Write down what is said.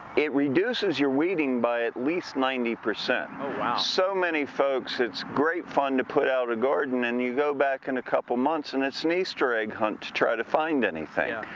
it reduces your weeding by at least ninety. oh, wow. so, many folks, it's great fun to put out a garden and you go back in a couple months and it's an easter egg hunt to try to find anything.